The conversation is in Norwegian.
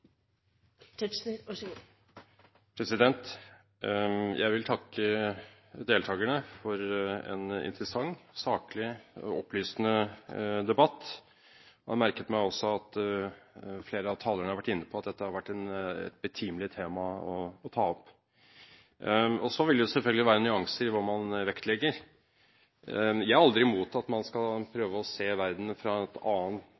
ta opp. Så vil det jo selvfølgelig være nyanser i hva man vektlegger. Jeg er aldri imot at man skal prøve å se verden fra et annet